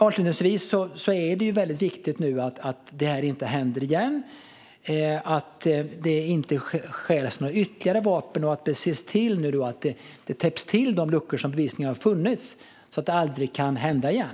Avslutningsvis: Det är väldigt viktigt att detta inte händer igen, att det inte stjäls ytterligare vapen och att man täpper till de luckor som bevisligen har funnits, så att detta aldrig kan hända igen.